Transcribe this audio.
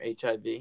HIV